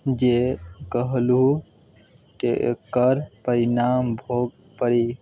जे कहलहुँ तकर परिणाम भोगऽ पड़ि